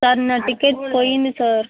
sir నా ticket పోయింది sir